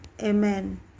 Amen